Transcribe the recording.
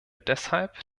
deshalb